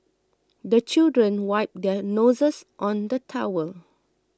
the children wipe their noses on the towel